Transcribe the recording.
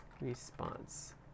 response